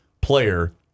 player